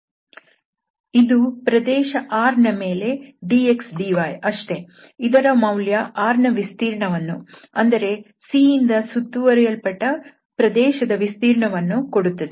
ಇದು ಪ್ರದೇಶ R ನ ಮೇಲೆ dx dy ಅಷ್ಟೇ ಇದರ ಮೌಲ್ಯ R ನ ವಿಸ್ತೀರ್ಣವನ್ನು ಅಂದರೆ C ಇಂದ ಸುತ್ತುವರಿಯಲ್ಪಟ್ಟ ಪ್ರದೇಶದ ವಿಸ್ತೀರ್ಣವನ್ನು ಕೊಡುತ್ತದೆ